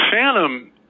phantom